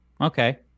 Okay